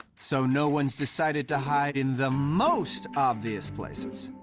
so no one's decided to hide in the most obvious places,